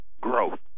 growth